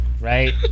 Right